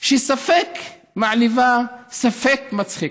שספק מעליבה ספק מצחיקה.